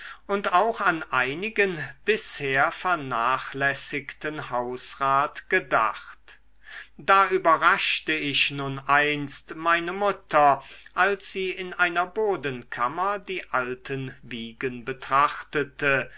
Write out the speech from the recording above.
und auch an einigen bisher vernachlässigten hausrat gedacht da überraschte ich nun einst meine mutter als sie in einer bodenkammer die alten wiegen betrachtete